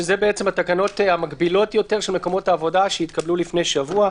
שזה התקנות המגבילות יותר של מקומות העבודה שהתקבלו לפני שבוע,